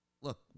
look